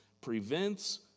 prevents